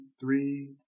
three